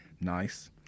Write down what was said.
Nice